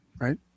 right